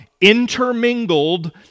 intermingled